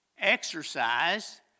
exercise